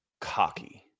cocky